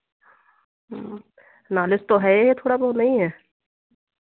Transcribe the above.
knowledge तो है ही है थोड़ा बहुत नहीं है